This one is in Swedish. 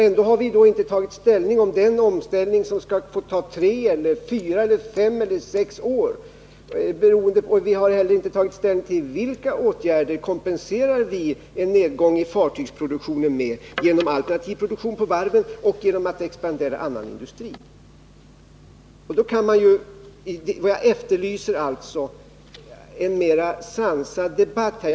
Ändå har vi inte tagit ställning till om den omläggning som skall ske får ta tre, fyra, fem eller sex år. Anledningen till att vi inte gjort det är att vi inte heller har tagit ställning till med vilka åtgärder vi skall kompensera en nedgång av fartygsproduktionen. Detta kan ske genom alternativ produktion på varven eller genom expansion av annan industri. Jag efterlyser alltså en mera sansad debatt på denna punkt.